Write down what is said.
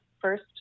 first